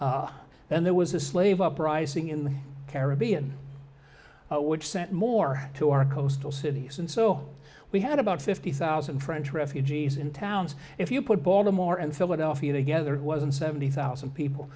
and there was a slave uprising in the caribbean which sent more to our coastal cities and so we had about fifty thousand french refugees in towns if you put baltimore and philadelphia together it wasn't seventy thousand people